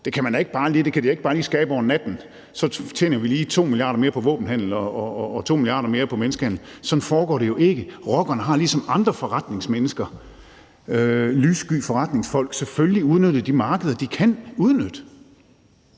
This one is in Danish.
det kan de da ikke bare lige skabe over natten, og så tjener de lige 2 mia. kr. mere på våbenhandel og 2 mia. kr. mere på menneskehandel. Sådan foregår det jo ikke. Rockerne har det ligesom andre forretningsfolk, lyssky forretningsfolk. Selvfølgelig udnytter de de markeder, de kan udnytte.